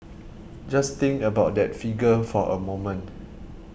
just think about that figure for a moment